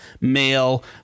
male